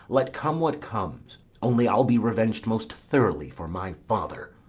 let come what comes only i'll be reveng'd most throughly for my father.